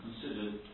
considered